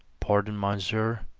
pardon, monseigneur,